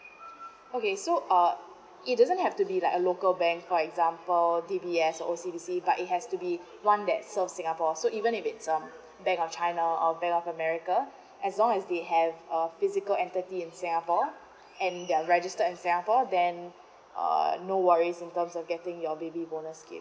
okay so uh it doesn't have to be like a local bank for example D_B_S O_C_B_C but it has to be one that serve singapore so even if they are some bank of china or bank of america as long as they have uh physical entity in singapore luh and they are registered in singapore then uh no worries in terms of getting your baby bonus scheme